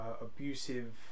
abusive